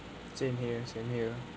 same here same here